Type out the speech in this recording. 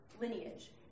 lineage